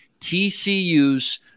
TCU's